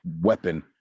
weapon